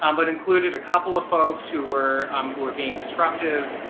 um but included a couple of folks who were um who were being disruptive,